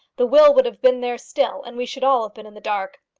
the will would have been there still, and we should all have been in the dark.